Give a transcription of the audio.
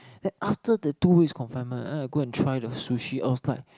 then after the two weeks confinement then I go and try the sushi outside